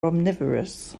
omnivorous